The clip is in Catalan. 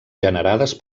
generades